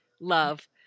love